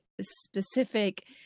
specific